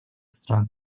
стран